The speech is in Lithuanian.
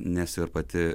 nes ir pati